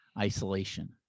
isolation